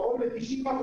קרוב ל-90%